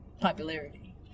popularity